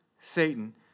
Satan